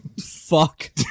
Fuck